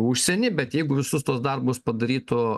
užsienį bet jeigu visus tuos darbus padarytų